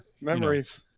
memories